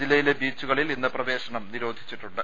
ജില്ലയിലെ ബീച്ചുകളിൽ ഇന്ന് പ്രവേ ശനം നിരോധിച്ചിട്ടുണ്ട്